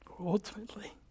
Ultimately